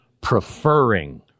preferring